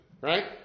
Right